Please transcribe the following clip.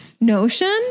notion